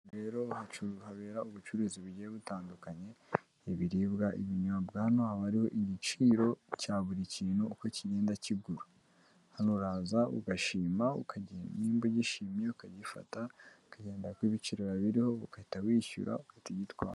Rero habera ubucuruzi bugiye butandukanye, ibiribwa, ibinyobwa, hano haba hariho igiciro cya buri kintu uko kigenda kigura, hano uraza ugashima niba ugishimye ukagifata ukagenda kuko ibiciro biba biriho ugahita wishyura ukagitwara.